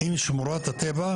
שמורת הטבע,